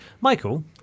michael